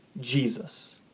Jesus